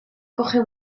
coge